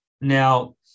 Now